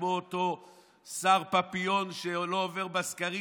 כמו אותו שר פפיון שלא עובר בסקרים,